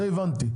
זה הבנתי.